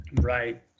right